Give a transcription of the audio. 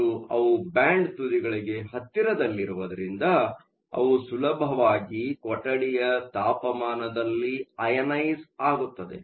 ಮತ್ತು ಅವು ಬ್ಯಾಂಡ್ ತುದಿಗಳಿಗೆ ಹತ್ತಿರದಲ್ಲಿರುವುದರಿಂದ ಅವು ಸುಲಭವಾಗಿ ಕೊಠಡಿಯ ತಾಪಮಾನದಲ್ಲಿ ಅಐನೈಸ಼್ ಆಗುತ್ತದೆ